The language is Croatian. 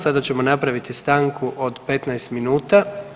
Sada ćemo napraviti stanku od 15 minuta.